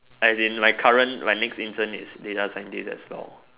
as in my current my next intern is data scientist as well